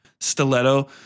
stiletto